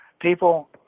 People